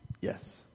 Yes